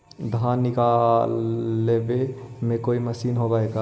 धान निकालबे के कोई मशीन होब है का?